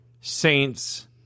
Saints